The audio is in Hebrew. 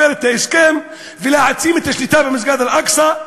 את ההסכם ולהעצים את השליטה במסגד אל-אקצא.